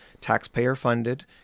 taxpayer-funded